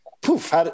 poof